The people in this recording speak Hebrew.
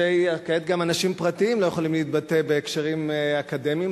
כעת גם אנשים פרטיים לא יכולים להתבטא בהקשרים אקדמיים.